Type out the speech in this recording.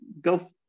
go